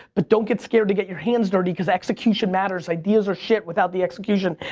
but don't get scared to get your hands dirty, cause execution matters. ideas are shit without the execution,